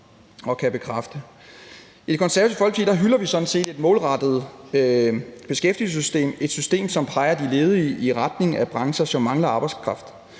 I Det Konservative Folkeparti hylder vi sådan set et målrettet beskæftigelsessystem, et system, som leder de ledige i retning af brancher, som mangler arbejdskraft.